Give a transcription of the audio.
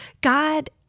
God